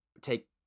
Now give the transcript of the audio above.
take